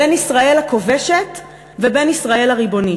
בין ישראל הכובשת ובין ישראל הריבונית.